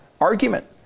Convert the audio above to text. argument